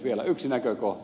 vielä yksi näkökohta